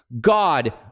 God